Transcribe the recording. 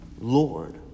Lord